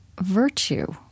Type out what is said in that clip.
virtue